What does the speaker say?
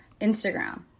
Instagram